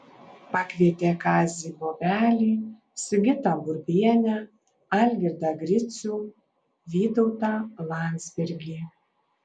pakvietė kazį bobelį sigitą burbienę algirdą gricių vytautą landsbergį